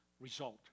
result